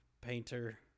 painter